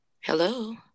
Hello